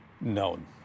known